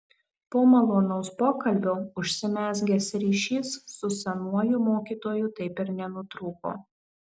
po malonaus pokalbio užsimezgęs ryšys su senuoju mokytoju taip ir nenutrūko